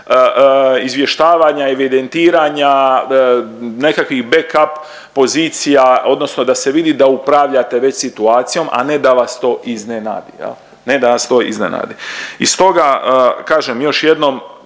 izvještavanja, evidentiranja nekakvih back up pozicija odnosno da se vidi da upravljate već situacijom, a ne da vas to iznenadi jel. Ne da vas to iznenadi i stoga kažem još jednom